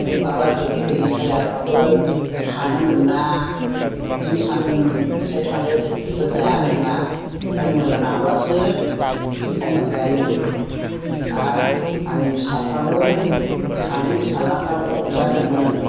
आमफ्राय माबा गोखै सायाफ्रावबो थानो मोना बिदिनो सानसे थादों जेबबो जाया लोङा आमफ्राय मोनाब्लासो ओंखामखौ मोनजायो आरो आंनि फिसाफ्राबो सानै फिसाज्लाफ्रा अरजादोंमोन